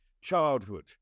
childhood